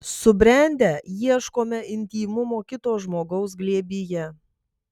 subrendę ieškome intymumo kito žmogaus glėbyje